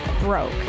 broke